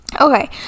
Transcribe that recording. okay